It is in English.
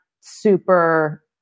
super